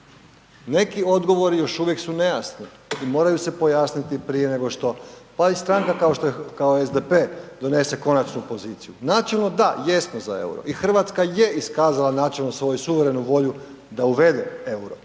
Neki odgovori još uvijek su nejasni i moraju se pojasniti prije nego što pa i stranka kao što je SDP, donese konačnu poziciju. Načelno da, jesmo za euro i Hrvatska je iskazala načelno svoju suverenu volju da uvede euro